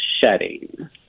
shedding